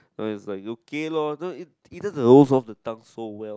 no it's like okay lor no it it just rolls off the tongue so well